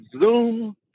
Zoom